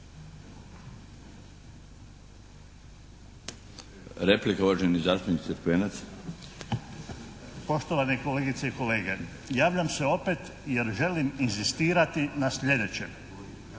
**Crkvenac, Mato (SDP)** Poštovane kolegice i kolege, javljam se opet jer želim inzistirati na sljedećem.